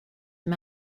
him